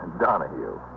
Donahue